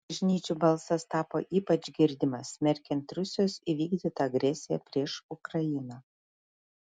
bažnyčių balsas tapo ypač girdimas smerkiant rusijos įvykdytą agresiją prieš ukrainą